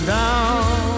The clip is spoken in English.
down